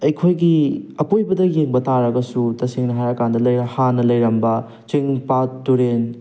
ꯑꯩꯈꯣꯏꯒꯤ ꯑꯀꯣꯏꯕꯗ ꯌꯦꯡꯕ ꯇꯥꯔꯒꯁꯨ ꯇꯁꯦꯡꯅ ꯍꯥꯏꯔꯀꯥꯟꯗ ꯍꯥꯟꯅ ꯂꯩꯔꯝꯕ ꯆꯤꯡ ꯄꯥꯠ ꯇꯨꯔꯦꯟ